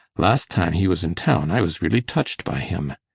last time he was in town i was really touched by him.